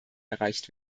erreicht